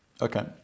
Okay